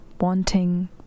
wanting